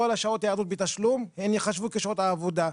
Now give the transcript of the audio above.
כל שעות היעדרות בתשלום הן ייחשבו כשעות העבודה,